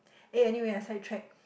eh anyway I side track